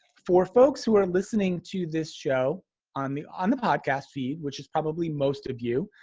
for folks who are listening to this show on the on the podcast feed, which is probably most of you,